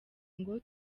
ngo